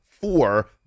four